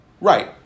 Right